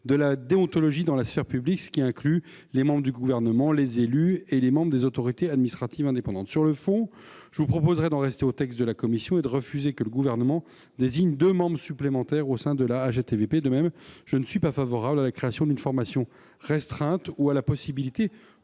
de la déontologie dans la sphère publique, incluant les membres du Gouvernement, les élus et les membres des autorités administratives indépendantes. Sur le fond, je vous propose d'en rester au texte de la commission et de refuser que le Gouvernement désigne deux membres supplémentaires au sein de la HATVP. De même, je ne suis pas favorable à la création d'une formation restreinte ou à la possibilité,